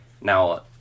Now